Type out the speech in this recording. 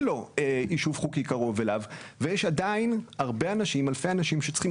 לו יישוב חוקי קרוב אליו ויש עדיין אלפי אנשים שצריכים